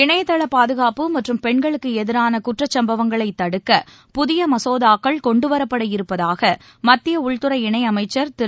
இணையதள பாதுகாப்பு மற்றும் பெண்களுக்கு எதிரான குற்றச் சம்பவங்களைத் தடுக்க புதிய மசோதா கொண்டுவரப்பட இருப்பதாக மத்திய உள்துறை இணையமைச்சர் திரு